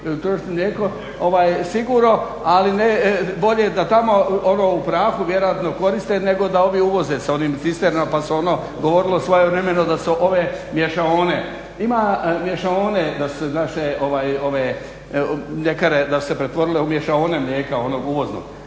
sigurno, ali ne, bolje da tamo ono u prahu vjerojatno koriste nego da ovi uvoze sa onim cisternama pa se ono govorilo svojevremeno da su ove mješaone. Ima mješaone da su naše ove mljekare da su se pretvorile u mješaone mlijeka onog uvoznog.